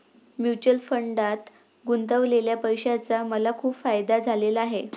mutual फंडात गुंतवलेल्या पैशाचा मला खूप फायदा झाला आहे